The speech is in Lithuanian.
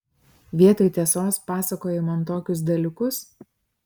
vietoj tiesos pasakoji man tokius dalykus